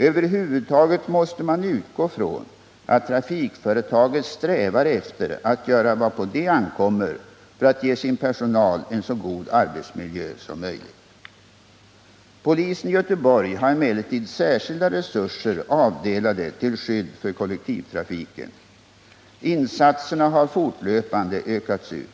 Över huvud taget måste man utgå från att trafikföretaget strävar efter att göra vad på det ankommer för att ge sin personal en så god arbetsmiljö som möjligt. Polisen i Göteborg har emellertid särskilda resurser avdelade till skydd för kollektivtrafiken. Insatserna har fortlöpande ökats ut.